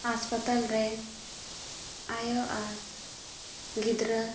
ᱦᱟᱥᱯᱟᱛᱟᱞ ᱨᱮ ᱟᱭᱳ ᱟᱨ ᱜᱤᱫᱽᱨᱟᱹ